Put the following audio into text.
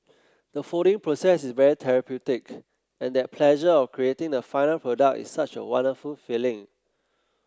the folding process is very therapeutic and that pleasure of creating the final product is such a wonderful feeling